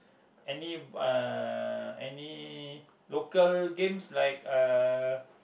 any uh any local games like uh